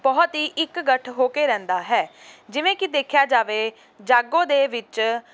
ਬਹੁਤ ਹੀ ਇੱਕ ਗੱਠ ਹੋ ਕੇ ਰਹਿੰਦਾ ਹੈ ਜਿਵੇਂ ਕਿ ਦੇਖਿਆ ਜਾਵੇ ਜਾਗੋ ਦੇ ਵਿੱਚ